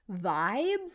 vibes